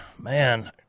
man